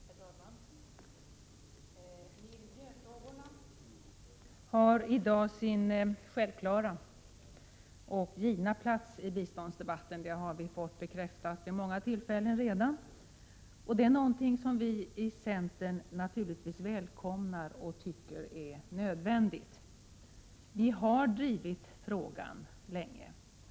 Herr talman! Miljöfrågorna har i dag sin självklara och givna plats i biståndsdebatten. Det har vi redan fått många bekräftelser på. Detta är någonting som vi i centern naturligtvis välkomnar och anser vara nödvändigt. Vi har länge drivit miljöfrågan.